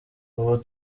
ubu